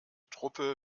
truppe